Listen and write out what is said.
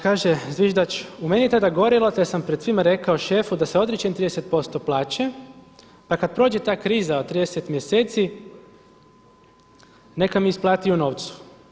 Kaže zviždač u meni je tada gorilo, te sam pred svima rekao šefu da se odričem 30 posto plaće, pa kad prođe ta kriza od 30 mjeseci neka mi isplati u novcu.